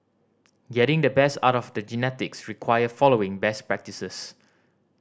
getting the best out of the genetics require following best practices